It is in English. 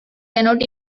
cannot